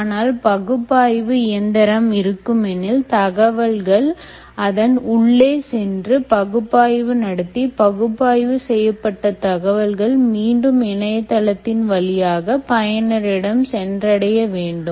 ஆனால் பகுப்பாய்வு இயந்திரம் இருக்குமெனில் தரவுகள் அதன் உள்ளே சென்று பகுப்பாய்வு நடத்தி பகுப்பாய்வு செய்யப்பட்ட தரவுகள் மீண்டும் இணையத்தின் வழியாக பயனர் இடம் சென்றடைய வேண்டும்